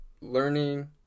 learning